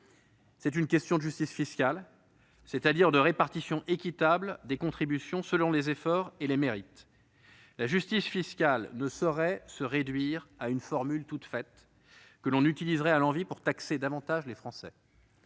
C'est une question de justice fiscale, c'est-à-dire de répartition équitable des contributions selon les efforts et les mérites. La justice fiscale ne saurait se réduire à une formule toute faite, que l'on utiliserait à l'envi pour taxer davantage les Français.